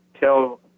tell